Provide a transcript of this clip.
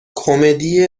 کمدی